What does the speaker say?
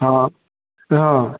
हाँ हाँ